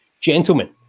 gentlemen